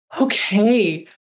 Okay